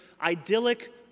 idyllic